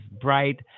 bright